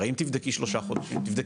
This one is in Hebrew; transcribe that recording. הרי אם תבדקי שלושה חודשים,